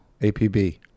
APB